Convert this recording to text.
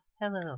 Hello